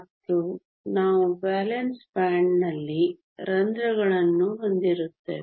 ಮತ್ತು ನಾವು ವೇಲೆನ್ಸಿ ಬ್ಯಾಂಡ್ನಲ್ಲಿ ರಂಧ್ರಗಳನ್ನು ಹೊಂದಿರುತ್ತೇವೆ